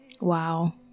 Wow